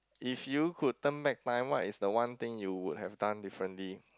if you could turn back my mind is the one thing you would have done differently